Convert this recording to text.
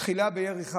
תחילה בירי חי,